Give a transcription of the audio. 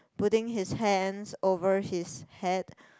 putting his hands over his head